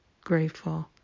grateful